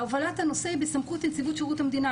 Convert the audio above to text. והובלת הנושא היא בסמכות נציבות שירות המדינה.